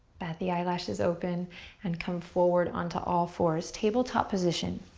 bat the eyelashes open and come forward onto all fours, tabletop position.